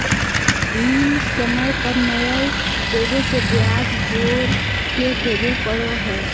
bill समय पर नयय देबे से ब्याज जोर के देबे पड़ो हइ